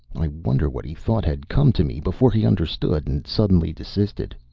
i wonder what he thought had come to me before he understood and suddenly desisted.